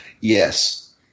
Yes